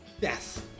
Yes